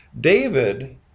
David